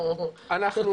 תודה,